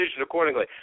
accordingly